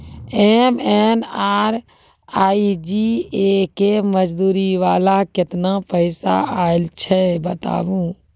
MNREGA के मज़दूरी वाला केतना पैसा आयल छै बताबू?